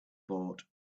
bought